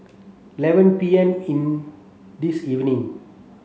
eleven P M in this evening